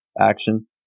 action